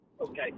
Okay